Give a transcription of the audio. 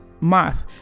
math